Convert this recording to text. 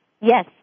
Yes